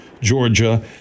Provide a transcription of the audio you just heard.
Georgia